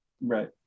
Right